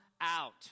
out